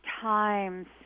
times